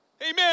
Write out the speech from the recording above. Amen